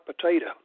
potato